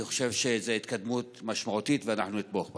אני חושב שזאת התקדמות משמעותית, ואנחנו נתמוך בה.